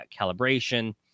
calibration